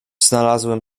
znalazłem